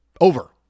over